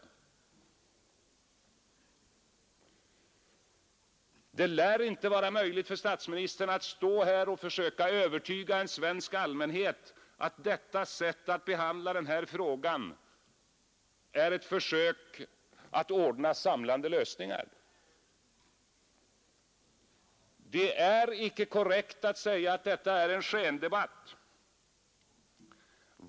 Det lär inte bli möjligt för statsministern att lyckas när han står här och försöker övertyga en svensk allmänhet om att detta sätt att behandla den här frågan är ett försök att åstadkomma samlande lösningar. Det är icke korrekt att påstå att detta är en skendebatt.